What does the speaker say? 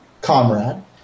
comrade